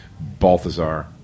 Balthazar